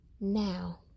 Now